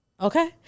Okay